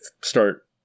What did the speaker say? start